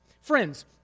Friends